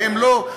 ואם לא,